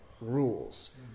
rules